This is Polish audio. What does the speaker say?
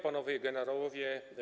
Panowie Generałowie!